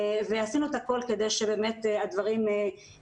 עשינו את הכל כדי שבאמת הדברים יהיו